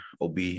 OB